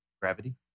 Gravity